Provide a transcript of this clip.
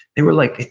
they were like,